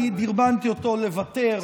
אני דרבנתי אותו לוותר.